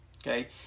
Okay